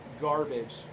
garbage